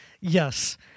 Yes